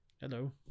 Hello